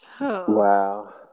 Wow